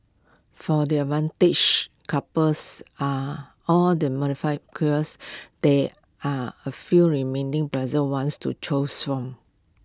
for their advantage couples are or the morbidly curious there are A few remaining bizarre ones to choose from